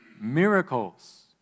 miracles